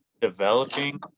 developing